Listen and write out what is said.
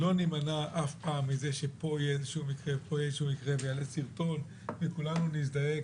לא נמנע אף פעם ממקרים יקרו פה ושם ויעלו סרטון וכולנו נזדעזע,